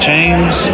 James